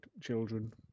children